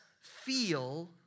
feel